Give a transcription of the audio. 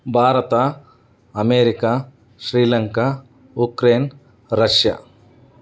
Bharat America Sri Lanka Ukraine Russia